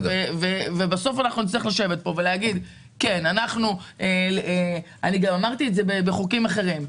בסוף נצטרך לשבת פה ולהגיד גם אמרתי את זה בחוקים אחרים.